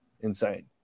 insane